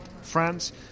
France